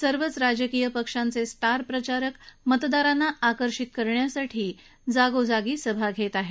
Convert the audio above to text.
सर्वच राजकीय पक्षांचे स्टार प्रचारक मतदारांना आकर्षित करण्यासाठी जागोजागी सभा घेत आहेत